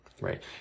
right